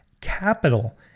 Capital